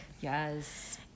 Yes